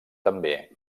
també